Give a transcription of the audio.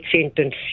sentence